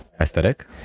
aesthetic